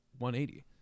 180